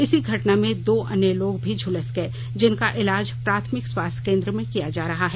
इसी घटना में दो अन्य लोग भी झुलस गए जिनका इलाज प्राथमिक स्वास्थ्य केंद्र में किया जा रहा है